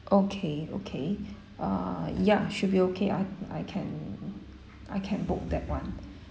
okay okay uh ya should be okay I I can I can book that one